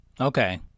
Okay